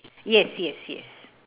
yes yes yes